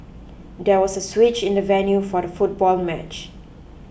there was a switch in the venue for the football match